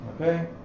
Okay